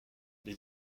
les